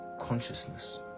consciousness